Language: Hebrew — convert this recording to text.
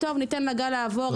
ניתן לגל לעבור,